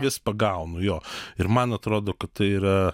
vis pagaunu jo ir man atrodo kad tai yra